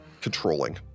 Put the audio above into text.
controlling